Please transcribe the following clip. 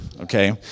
okay